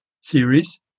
series